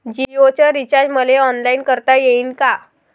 जीओच रिचार्ज मले ऑनलाईन करता येईन का?